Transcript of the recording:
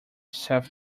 self